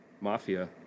Mafia